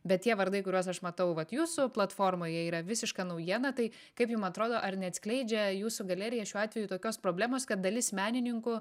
bet tie vardai kuriuos aš matau vat jūsų platformoje yra visiška naujiena tai kaip jum atrodo ar neatskleidžia jūsų galerija šiuo atveju tokios problemos kad dalis menininkų